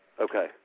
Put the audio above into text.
okay